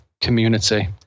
community